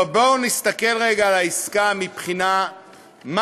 אבל בואו נסתכל רגע על העסקה מבחינת מה